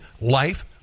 life